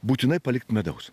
būtinai palikt medaus